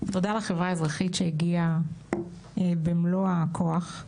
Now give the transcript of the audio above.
תודה לחברה האזרחית שהגיעה במלוא הכוח.